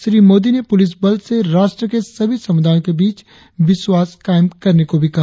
श्री मोदी ने पुलिस बल से राष्ट्र के सभी समुदायों के बीच विश्वास कायम करने को भी कहा